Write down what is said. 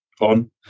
on